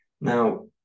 Now